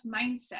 mindset